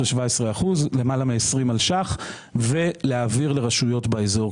למעלה מ-20 מיליון שקלים, ולהעביר לרשויות באזור.